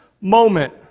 moment